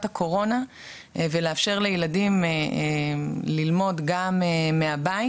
הקורונה ולאפשר לילדים ללמוד גם מהבית,